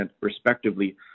respectively